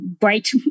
great